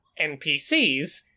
NPCs